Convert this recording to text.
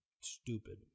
stupid